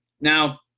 now